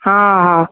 हा हा